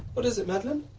what is it, madeleine,